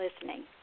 listening